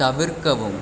தவிர்க்கவும்